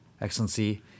Excellency